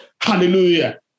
Hallelujah